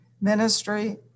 ministry